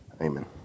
Amen